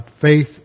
faith